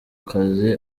akazi